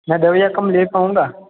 मैं दवाइयाँ कम ले पाऊंगा